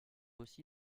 aussi